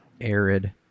arid